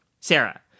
Sarah